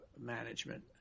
management